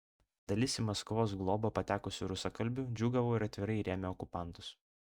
dalis į maskvos globą patekusių rusakalbių džiūgavo ir atvirai rėmė okupantus